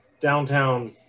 downtown